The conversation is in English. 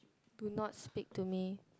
do not speak to me